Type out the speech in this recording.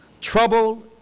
trouble